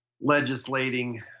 legislating